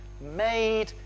made